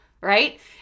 right